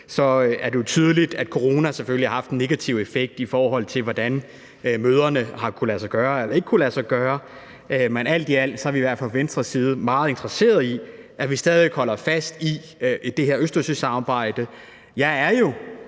er det jo tydeligt, at corona selvfølgelig har haft en negativ effekt på, hvordan møderne har kunnet lade sig gøre eller ikke har kunnet lade sig gøre. Men alt i alt er vi i hvert fald fra Venstres side meget interesserede i, at vi stadig væk holder fast i det her Østersøsamarbejde. Jeg er jo,